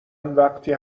وقتی